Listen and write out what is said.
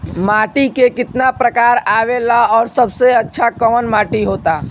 माटी के कितना प्रकार आवेला और सबसे अच्छा कवन माटी होता?